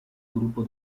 gruppo